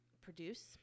produce